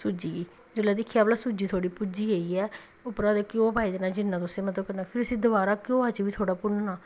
सूजी गी जिसलै दिक्खो भला सूजी थोह्ड़ा भुज्जी गेई ऐ उप्परा दा घ्यो पाई देना जिन्ना तुसें मतलब उसी फिर बी दोवारा घ्योआ च भुन्नना